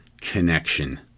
connection